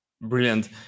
brilliant